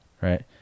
Right